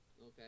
Okay